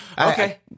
Okay